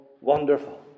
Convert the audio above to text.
Wonderful